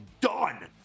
done